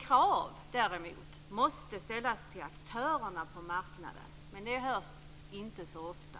Krav måste däremot ställas på aktörerna på marknaden - men det hörs inte så ofta